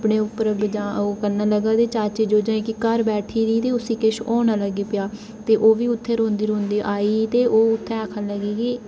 अपने उप्पर बजान करन लगदा ओह्दी चाची जोजां घर बैठी दी गी किश होन लगी पेआ ते उत्थै रोंदी रोंदी आई ते ओह् उत्थै आखन लगी कि